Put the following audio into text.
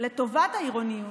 לטובת העירוניות,